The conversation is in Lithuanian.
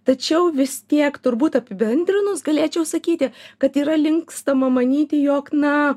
tačiau vis tiek turbūt apibendrinus galėčiau sakyti kad yra linkstama manyti jog na